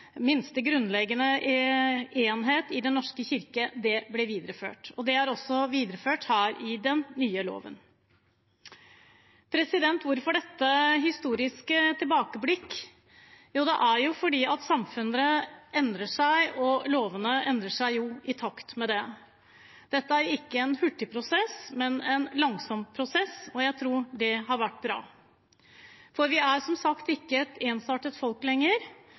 minste grunnleggende enhet i Den norske kirke ble videreført. Det er også videreført her i den nye loven. Hvorfor dette historiske tilbakeblikk? Jo, fordi samfunnet endrer seg, og lovene endrer seg i takt med det. Dette er ikke en hurtig prosess, men en langsom prosess, og jeg tror det har vært bra, for vi er som sagt ikke et ensartet folk lenger.